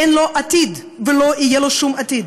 אין לו עתיד ולא יהיה לו שום עתיד.